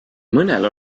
mõnel